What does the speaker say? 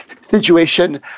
situation